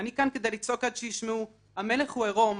אני כאן כדי לצעוק עד שישמעו: המלך הוא עירום.